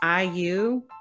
IU